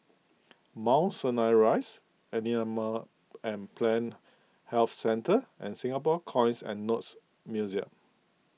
Mount Sinai Rise Animal and Plant Health Centre and Singapore Coins and Notes Museum